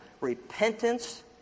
Repentance